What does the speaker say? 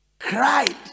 cried